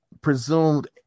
Presumed